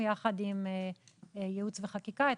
יחד עם ייעוץ וחקיקה אנחנו גיבשנו את